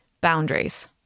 boundaries